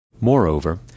Moreover